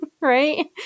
right